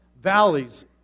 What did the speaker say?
valleys